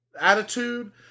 attitude